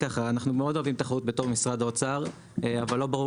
אנו מאוד אוהבים את האחריות כמשרד האוצר אבל לא ברור